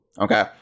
Okay